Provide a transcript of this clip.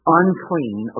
unclean